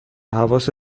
حواست